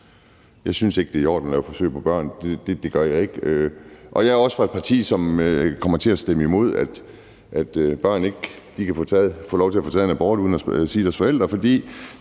Jeg synes ikke, det er i orden at lave forsøg på børn. Det gør jeg ikke, og jeg er også fra et parti, som kommer til at stemme imod, at børn kan få lov til at få foretaget en abort uden at skulle sige det til